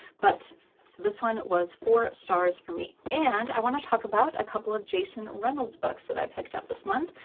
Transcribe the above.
but so this one was four stars for me. and i want to talk about a couple of jason reynolds books that i picked up this month.